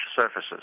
surfaces